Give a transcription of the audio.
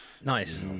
Nice